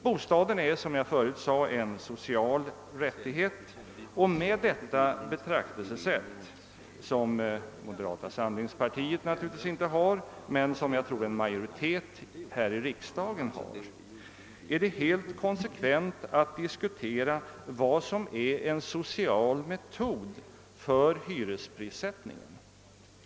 Bostaden är, som jag förut sade, en social rättighet, och med detta betraktelsesätt, som moderata samlingspartiet naturligtvis inte har men som jag tror att en majoritet här i riksdagen omfattar, är det helt konsekvent att diskutera vad som är en social metod för hyresprissättningen.